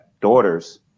daughters